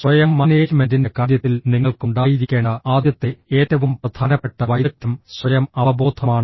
സ്വയം മാനേജ്മെന്റിന്റെ കാര്യത്തിൽ നിങ്ങൾക്ക് ഉണ്ടായിരിക്കേണ്ട ആദ്യത്തെ ഏറ്റവും പ്രധാനപ്പെട്ട വൈദഗ്ദ്ധ്യം സ്വയം അവബോധമാണ്